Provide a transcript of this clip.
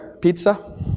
pizza